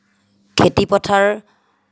খেতি পথাৰ